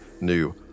new